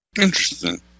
Interesting